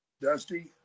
Dusty